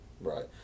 Right